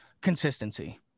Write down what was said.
consistency